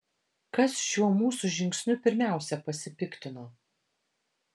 kas šiuo mūsų žingsniu pirmiausia pasipiktino